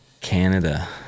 canada